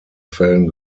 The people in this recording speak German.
quellen